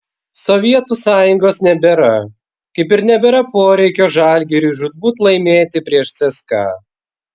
sovietų sąjungos nebėra kaip ir nebėra poreikio žalgiriui žūtbūt laimėti prieš cska